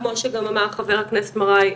כמו שגם אמר חבר הכנסת מרעי,